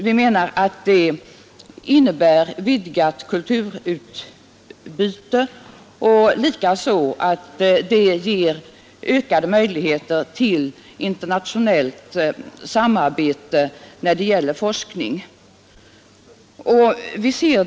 Det innebär, menar vi, ett vidgat kulturutbyte och ger ökade möjligheter till internationellt samarbete på forskningens område.